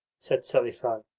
said selifan.